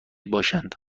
باشند